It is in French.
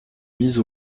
mise